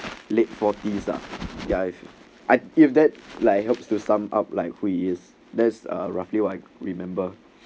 late forties are guys I if that helps to sum up like he's there's a roughly like remember